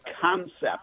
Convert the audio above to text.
concept